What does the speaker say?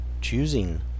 choosing